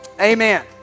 Amen